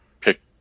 pick